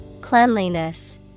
Cleanliness